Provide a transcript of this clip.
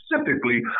specifically